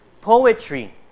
Poetry